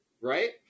Right